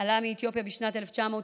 עלה מאתיופיה בשנת 1991,